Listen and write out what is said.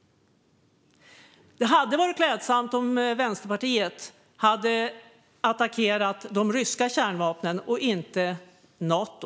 Det hade varit klädsamt om Vänsterpartiet hade attackerat de ryska kärnvapnen och inte Nato.